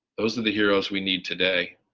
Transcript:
those are the heroes we need today.